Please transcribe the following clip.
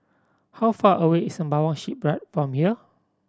how far away is Sembawang Shipyard from here